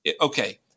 okay